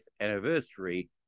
anniversary